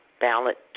ballot